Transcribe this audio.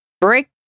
Break